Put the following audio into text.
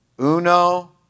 Uno